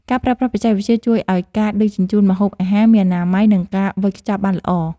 ការប្រើប្រាស់បច្ចេកវិទ្យាជួយឱ្យការដឹកជញ្ជូនម្ហូបអាហារមានអនាម័យ និងការវេចខ្ចប់បានល្អ។